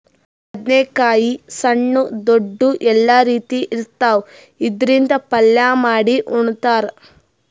ಬದ್ನೇಕಾಯಿ ಸಣ್ಣು ದೊಡ್ದು ಎಲ್ಲಾ ರೀತಿ ಇರ್ತಾವ್, ಇದ್ರಿಂದ್ ಪಲ್ಯ ಮಾಡಿ ಉಣ್ತಾರ್